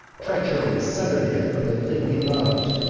treachery sundered him from the thing he loved.